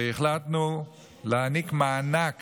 החלטנו להעניק מענק